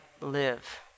live